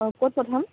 হয় ক'ত পঠাম